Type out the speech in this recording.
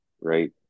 right